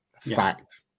Fact